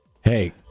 Hey